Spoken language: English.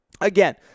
Again